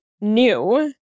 new